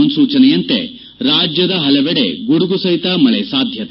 ಮುನ್ಲೂಚನೆಯಂತೆ ರಾಜ್ಯದ ಹಲವೆಡೆ ಗುಡುಗು ಸಹಿತ ಮಳೆ ಸಾಧ್ಯತೆ